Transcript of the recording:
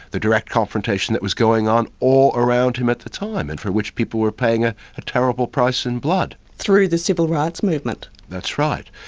the direct confrontation that was going on all around him at the time and for which people were paying ah a terrible price in blood. through the civil rights movement? that's right.